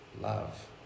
love